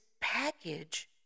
package